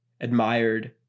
admired